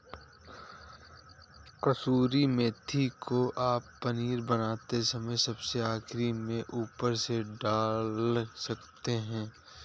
कसूरी मेथी को आप पनीर बनाते समय सबसे आखिरी में ऊपर से डाल सकते हैं